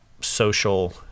social